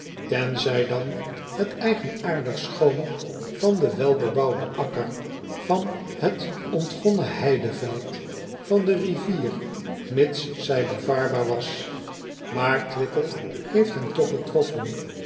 tenzij dan het eigenaardig schoon van den welbebouwden akker van het ontgonnen heideveld van de rivier mits zij bevaarbaar was aar wickel heeft hem toch getroffen